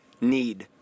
need